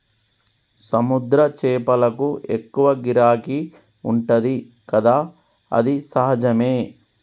సముద్ర చేపలకు ఎక్కువ గిరాకీ ఉంటది కదా అది సహజమే